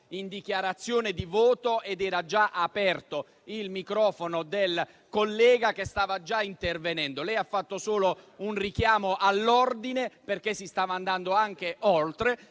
di dichiarazione di voto ed era già aperto il microfono del collega che stava intervenendo. Lei ha fatto solo un richiamo all'ordine, perché si stava andando oltre.